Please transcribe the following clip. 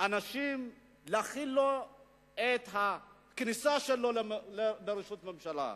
אנשים להכין את הכניסה שלו לראשות הממשלה,